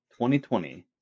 2020